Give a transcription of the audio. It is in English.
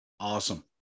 Awesome